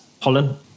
Holland